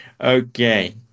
Okay